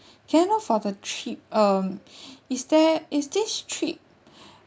cannot for the cheap um is there is this trip